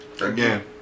Again